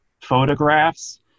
photographs